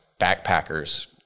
backpackers